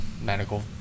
medical